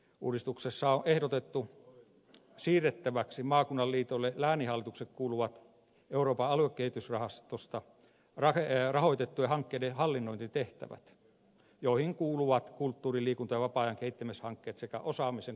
uudistuksessa on ehdotettu siirrettäväksi maakunnan liitoille lääninhallituksille kuuluvat euroopan aluekehitysrahastosta rahoitettujen hankkeiden hallinnointitehtävät joihin kuuluvat kulttuuri liikunta ja vapaa ajan kehittämishankkeet sekä osaamisen ja koulutuksen kehittämisen hankkeet